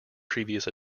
previous